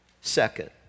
second